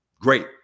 great